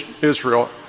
Israel